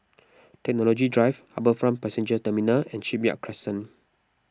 Technology Drive HarbourFront Passenger Terminal and Shipyard Crescent